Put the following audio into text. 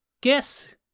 Guess